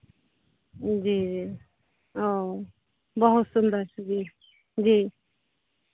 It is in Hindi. जी जी ओ बहुत सुंदर से जी जी